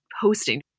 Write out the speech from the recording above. posting